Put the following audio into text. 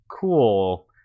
cool